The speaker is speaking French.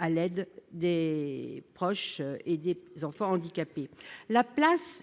à l'aide des proches des enfants handicapés. La place